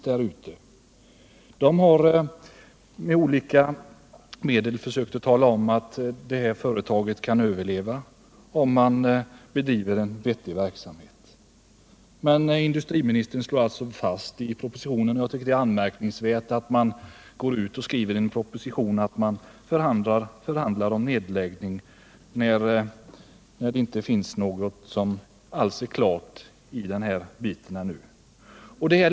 De har med olika medel försökt tala om att företaget kan överleva om en vettig verksamhet bedrivs. Men industriministern slår alltså fast i propositionen att produktionen i Brastad skall avvecklas. Jag tycker det är anmärkningsvärt att man i en proposition skriver att man förhandlar om en nedläggning, när detta ingalunda är klart ännu.